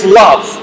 love